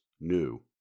new